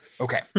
Okay